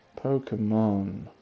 Pokemon